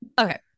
Okay